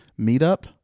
meetup